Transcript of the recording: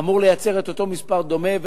אמור לייצר מספר דומה.